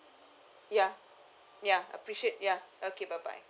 ya ya appreciate ya okay bye bye